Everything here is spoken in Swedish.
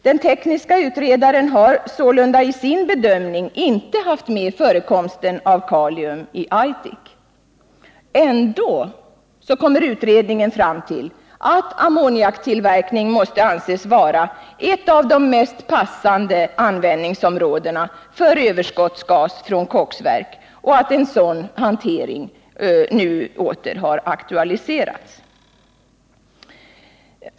Den tekniske utredaren har sålunda i sin bedömning inte haft med förekomsten av kalium i Aitik. Utredningen kommer trots detta fram till att ammoniaktillverkning anses vara ett av de mest passande användningsområdena för överskottsgas från koksverk, och att sådan hantering nu åter har aktualiserats.